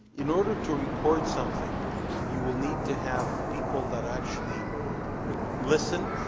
in order to record something you will need to have people that actually listen,